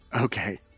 Okay